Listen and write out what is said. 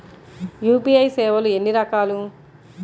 UPI సేవలు ఎన్నిరకాలు?